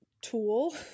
tool